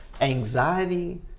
Anxiety